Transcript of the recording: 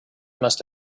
must